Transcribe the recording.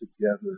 together